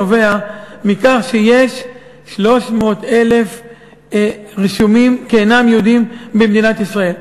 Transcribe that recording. נובע מכך שיש 300,000 רשומים כאינם יהודים במדינת ישראל.